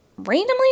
randomly